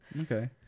Okay